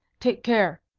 take care!